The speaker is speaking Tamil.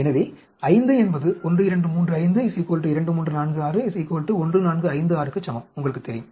எனவே 5 என்பது 1235 2346 1456 க்கு சமம் உங்களுக்குத் தெரியும்